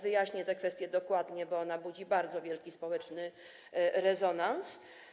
Wyjaśnię tę kwestię dokładnie, bo ona powoduje bardzo wielki społeczny rezonans.